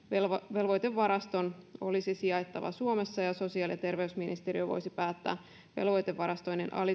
velvoitevaraston olisi sijaittava suomessa ja sosiaali ja terveysministeriö voisi päättää velvoitevarastoinnin